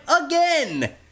again